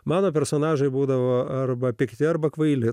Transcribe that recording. mano personažai būdavo arba pikti arba kvaili